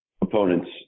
opponents